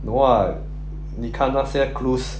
no ah 你看那些 clues